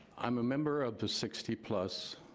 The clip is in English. i'm a member of the sixty plus